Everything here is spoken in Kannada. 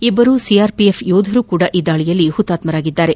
ಇಬ್ಬರು ಸಿಆರ್ಏಎಫ್ ಯೋಧರು ಸಪ ಈ ದಾಳಿಯಲ್ಲಿ ಹುತಾತ್ವರಾಗಿದ್ದಾರೆ